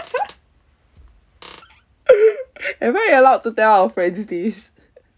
am I allowed to tell our friends this